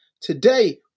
Today